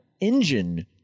engine